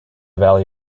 value